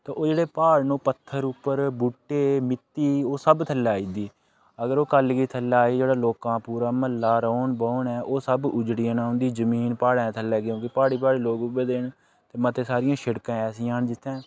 ते ओह् जेह्ड़े प्हाड़ न ओह् पत्थर उप्पर बूह्टे मित्ती ओह् सब थ'ल्लै आई दी अगर ओह् कल्ल गी थ'ल्लै आई लोकां पूरा म्ह्ल्ला रौह्न बौह्न ऐ ओह् सब उजड़ी जाना उं'दी जमीन प्हाड़ें थ'ल्ले क्योंकि प्हाड़ी प्हाड़ी लोक उ'ऐ दे न ते मती सारियां शिड़कां ऐसियां न जि'त्थें